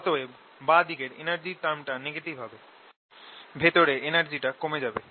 অতএব বাঁ দিকের এনার্জির টার্ম টা নেগেটিভ হবে ভেতরে এনার্জিটা কমে যাবে